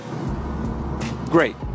great